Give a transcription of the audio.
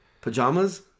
pajamas